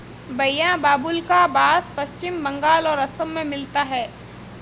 भईया बाबुल्का बास पश्चिम बंगाल और असम में मिलता है